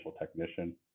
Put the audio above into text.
technician